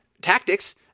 tactics